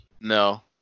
No